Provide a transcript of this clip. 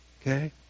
Okay